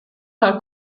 hat